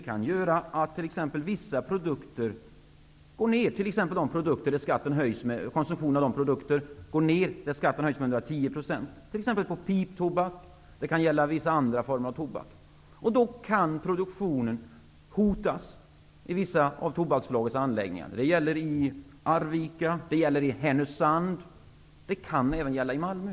Konsumtionen av vissa produkter kan exempelvis gå ner, om skatten höjs med 110 %. Det kan gälla piptobak och även andra former av tobak. Produktionen i vissa av Tobaksbolagets anläggningar kan då hotas, som i Arvika, Härnösand och eventuellt även i Malmö.